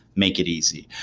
make it easy.